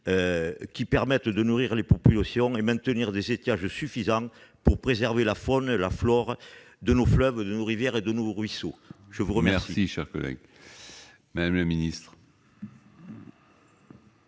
permettant de nourrir les populations et maintenir des étiages suffisants pour préserver la faune et la flore de nos fleuves, de nos rivières et de nos ruisseaux ? La parole est à Mme la ministre.